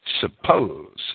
suppose